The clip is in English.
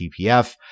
TPF